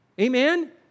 Amen